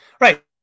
Right